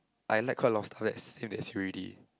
I like quite a lot of stuff that's same as you already